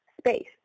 space